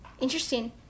Interesting